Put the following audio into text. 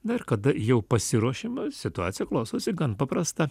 na ir kada jau pasiruošiama situacija klostosi gan paprasta